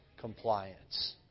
compliance